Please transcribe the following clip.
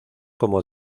como